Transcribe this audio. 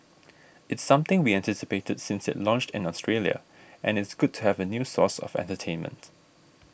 it's something we anticipated since it launched in Australia and it's good to have a new source of entertainment